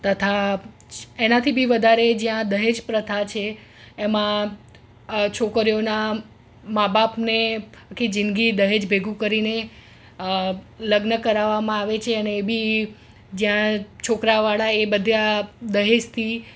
તથા એનાથી બી વધારે જ્યાં દહેજ પ્રથા છે એમાં છોકરીઓનાં મા બાપને આખી જિંદગી દહેજ ભેગું કરીને લગ્ન કરાવવામાં આવે છે અને એ બી જ્યાં છોકરાવાળા એ બધા દહેજથી